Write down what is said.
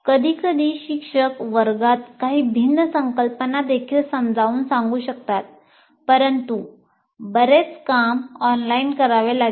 कधीकधी शिक्षक वर्गात काही भिन्न संकल्पना देखील समजावून सांगू शकतात परंतु बरेच काम ऑनलाइन करावे लागेल